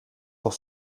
auch